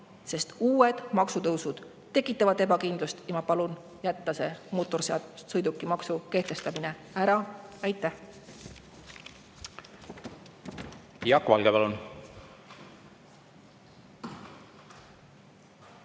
sest maksutõusud tekitavad ebakindlust. Ma palun jätta mootorsõidukimaksu kehtestamine ära. Aitäh! Jaak Valge, palun!